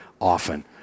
often